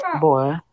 boy